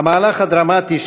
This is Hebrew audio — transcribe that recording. המהלך הדרמטי,